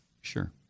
sure